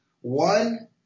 One